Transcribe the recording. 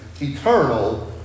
eternal